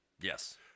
Yes